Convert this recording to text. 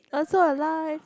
I'm so alive